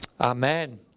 Amen